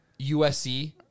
USC